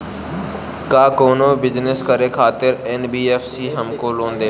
का कौनो बिजनस करे खातिर एन.बी.एफ.सी हमके लोन देला?